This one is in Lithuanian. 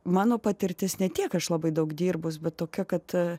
mano patirtis ne tiek aš labai daug dirbus bet tokia kad